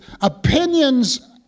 opinions